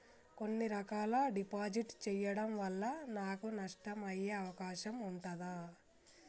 కొన్ని రకాల డిపాజిట్ చెయ్యడం వల్ల నాకు నష్టం అయ్యే అవకాశం ఉంటదా?